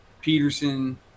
Peterson